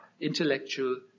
intellectual